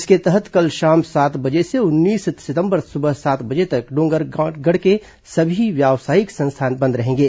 इसके तहत कल शाम सात बजे से उन्नीस सितंबर सुबह सात बजे तक डोंगरगढ़ के सभी व्यावसायिक संस्थान बंद रहेंगे